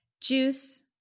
juice